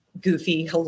goofy